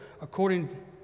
according